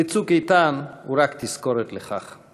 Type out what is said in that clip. ו"צוק איתן" הוא רק תזכורת לכך.